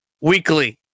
weekly